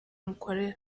mukorera